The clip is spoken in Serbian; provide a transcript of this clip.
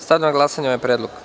Stavljam na glasanje ovaj predlog.